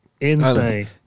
Insane